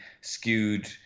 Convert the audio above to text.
skewed